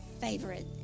favorite